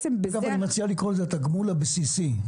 אני מציע לקרוא לזה התגמול הבסיסי.